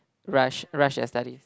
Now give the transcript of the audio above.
rush rush their studies